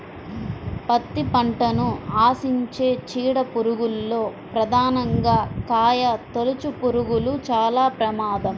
పత్తి పంటను ఆశించే చీడ పురుగుల్లో ప్రధానంగా కాయతొలుచుపురుగులు చాలా ప్రమాదం